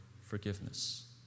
forgiveness